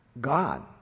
God